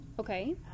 Okay